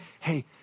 Hey